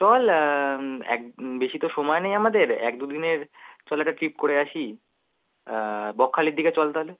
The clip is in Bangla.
চল এক বেশি তো সময় নেই আমাদের এক দুদিনের চল একটা ট্রিপ করে আসি বকখালির দিকে চল তাহলে